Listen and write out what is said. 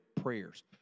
prayers